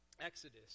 Exodus